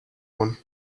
one